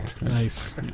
Nice